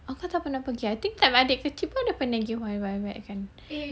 aku tak pernah pergi I think time adik kecil pun tak pergi wild wild wet kan